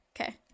Okay